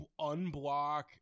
unblock